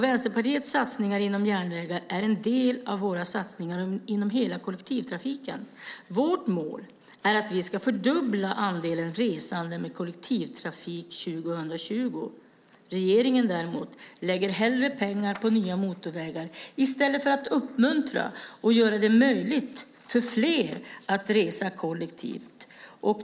Vänsterpartiets satsningar på järnvägar är en del av våra satsningar inom hela kollektivtrafiken. Vårt mål är att vi ska fördubbla andelen resande med kollektivtrafik till år 2020. Regeringen lägger hellre pengar på nya motorvägar i stället för att uppmuntra och göra det möjligt för fler att resa kollektivt.